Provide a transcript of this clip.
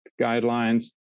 guidelines